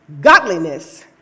godliness